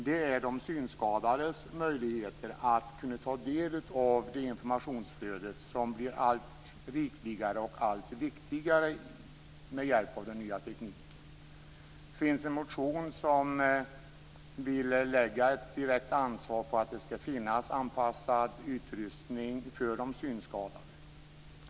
Det är de synskadades möjligheter att kunna ta del av det informationsflöde som blir allt rikligare och viktigare med hjälp av den nya tekniken. Det finns här en motion som vill lägga ett direkt ansvar för att det skall finnas anpassad utrustning för de synskadade.